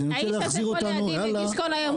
שמנו אחרים משקיפים.